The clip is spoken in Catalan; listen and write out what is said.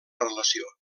relació